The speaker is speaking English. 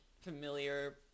familiar